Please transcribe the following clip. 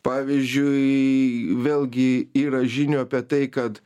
pavyzdžiui vėlgi yra žinių apie tai kad